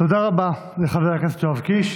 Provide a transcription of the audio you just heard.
תודה רבה לחבר הכנסת יואב קיש.